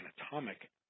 anatomic